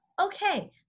Okay